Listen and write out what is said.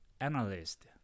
analyst